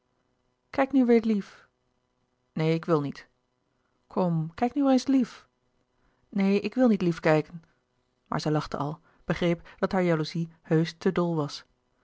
kijk nu weêr lief neen ik wil niet kom kijk nu weêr eens lief neen ik wil niet lief kijken maar zij lachte al begreep dat hare jalouzie heusch te dol was